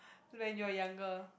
when you are younger